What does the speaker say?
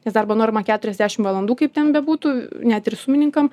nes darbo norma keturiasdešim valandų kaip ten bebūtų net ir sumininkam